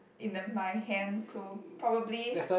in the my hands so probably